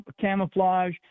camouflage